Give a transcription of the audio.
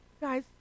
Guys